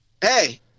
hey